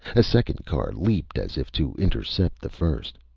a second car leaped as if to intercept the first.